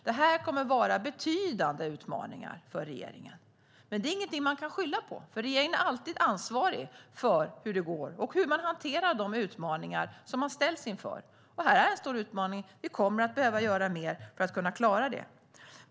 Det här kommer att vara betydande utmaningar för regeringen, men det är ingenting man kan skylla på, för regeringen är alltid ansvarig för hur det går och hur man hanterar de utmaningar som man ställs inför. Det här är en stor utmaning. Vi kommer att behöva göra mer för att klara det.